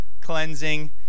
cleansing